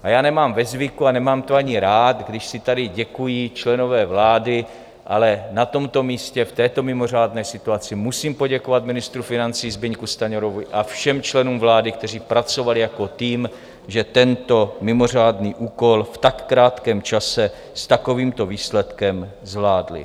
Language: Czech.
A já nemám ve zvyku, a nemám to ani rád, když si tady děkují členové vlády, ale na tomto místě v této mimořádné situaci musím poděkovat ministru financí Zbyňku Stanjurovi a všem členům vlády, kteří pracovali jako tým, že tento mimořádný úkol v tak krátkém čase s takovýmto výsledkem zvládli.